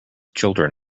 children